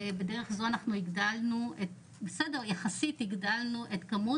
ובדרך זו אנחנו הגדלנו באופן יחסי את הכמות,